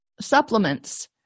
supplements